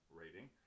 rating